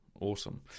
Awesome